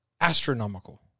astronomical